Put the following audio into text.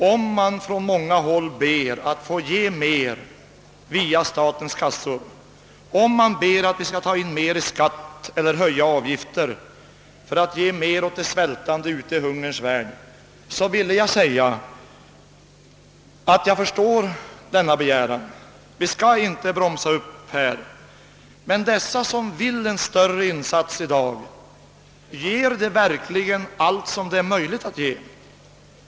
Om man från många håll ber att få ge mer via statens kassor, ber att vi skall ta in mer i skatt eller höja avgifter för att kunna ge mer åt de svältande ute i hungerns värld förstår jag denna begäran. Vi skall inte bromsa upp här. Men dessa som vill ha större insatser, ger de verkligen allt som är möjligt att ge?